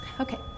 Okay